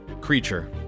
creature